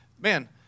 man